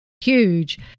huge